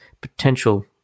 potential